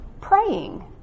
praying